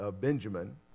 Benjamin